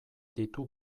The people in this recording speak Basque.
ditu